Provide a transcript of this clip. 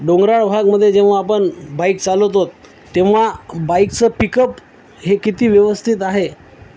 डोंगराळ भागमध्ये जेव्हा आपण बाईक चालवतो तेव्हा बाईकचं पिकअप हे किती व्यवस्थित आहे